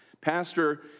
Pastor